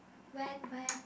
where where